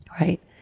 right